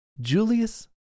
Julius